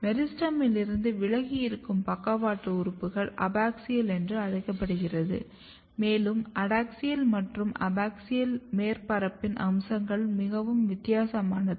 மெரிஸ்டெமில் இருந்து விலகி இருக்கும் பக்கவாட்டு உறுப்புகள் அபாக்ஸியல் என்று அழைக்கப்படுகிறது மேலும் அடாக்ஸியல் மற்றும் அபாக்ஸியல் மேற்பரப்பின் அம்சங்கள் மிகவும் வித்தியாசமானது